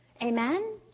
Amen